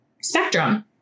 spectrum